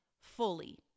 fully